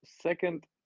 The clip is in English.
second